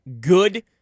good